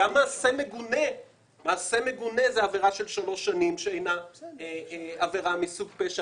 גם מעשה מגונה הוא עבירה של שלוש שנים שאינו מסוג פשע.